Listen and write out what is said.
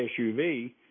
SUV